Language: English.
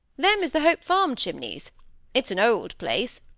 them is the hope farm chimneys it's an old place,